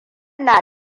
na